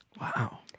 Wow